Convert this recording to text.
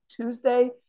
Tuesday